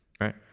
right